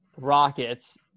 Rockets